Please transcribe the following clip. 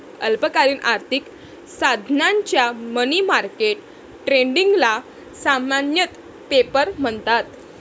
अल्पकालीन आर्थिक साधनांच्या मनी मार्केट ट्रेडिंगला सामान्यतः पेपर म्हणतात